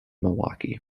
milwaukee